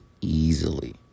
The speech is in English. easily